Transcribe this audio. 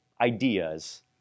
ideas